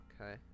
okay